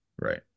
right